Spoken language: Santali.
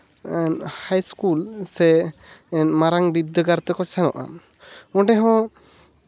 ᱦᱟᱭ ᱤᱥᱠᱩᱞ ᱥᱮ ᱢᱟᱨᱟᱝ ᱵᱤᱫᱽᱫᱟᱹᱜᱟᱲ ᱛᱮᱠᱚ ᱥᱮᱱᱚᱜᱼᱟ ᱚᱸᱰᱮ ᱦᱚᱸ